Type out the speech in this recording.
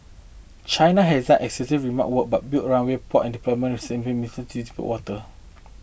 China has done extensive remark work but built runway port and the disputed water